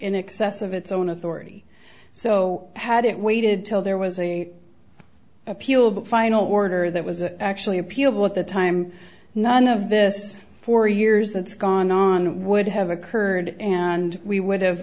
in excess of its own authority so had it waited till there was a appeal of a final order that was actually appealed with the time none of this four years that's gone on would have occurred and we would have